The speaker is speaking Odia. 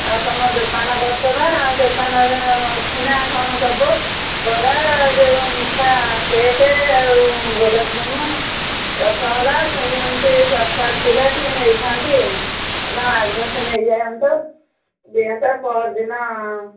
ଆଉ ତୁମ ଦୋକାନ କରିଛବା ଦୋକାନରେ ଅଛି ନା କ'ଣ ଦେବ ବରା ଯୋଉ ମିଠା କେକ ଆଉ ଗୋଲାପଜାମୁ ରସଗୋଲା ସବୁ ଏମିତି ଦରକାର ଥିଲା ଟିକେ ନେଇଥାନ୍ତି ଆପଣ ଆଡଭାନ୍ସ ନେଇଯାଆନ୍ତ ଦିଅନ୍ତ ପହରଦିନ